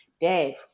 Dave